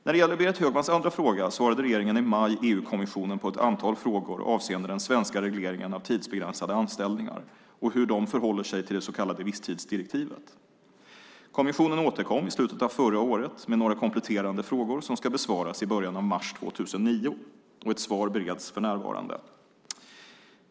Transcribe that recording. När det gäller Berit Högmans andra fråga svarade regeringen i maj EU-kommissionen på ett antal frågor avseende den svenska regleringen av tidsbegränsade anställningar och hur de förhåller sig till det så kallade visstidsdirektivet. Kommissionen återkom i slutet av förra året med några kompletterande frågor som ska besvaras i början av mars 2009. Ett svar bereds för närvarande.